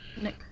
Nick